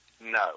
No